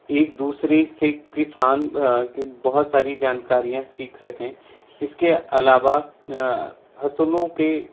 एक दूसरी से किसान के बहुत सारी जानकारियाँ सीख सकें इसके अलावा फसलों के